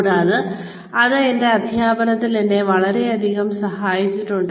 കൂടാതെ അത് എന്റെ അധ്യാപനത്തിൽ എന്നെ വളരെയധികം സഹായിച്ചിട്ടുണ്ട്